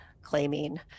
claiming